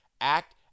act